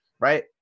right